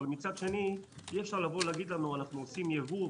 אבל מצד שני אי אפשר להגיד לנו: אנחנו מביאים ייבוא,